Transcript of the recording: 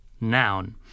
noun